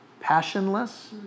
passionless